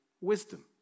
wisdom